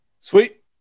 Sweet